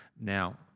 Now